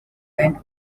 and